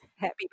Happy